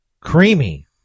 Creamy